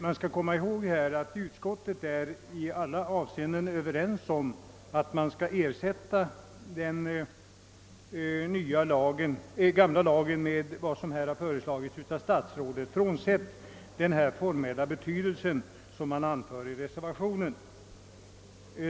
Man skall hålla i minnet att utskottet när det gäller att ersätta den gamla lagen med det i propositionen framlagda lagförslaget är enigt i alla avseenden utom beträffande den formella punkt som tas upp i reservationen.